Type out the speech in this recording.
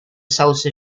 sauce